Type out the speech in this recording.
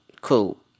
Cool